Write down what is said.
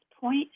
point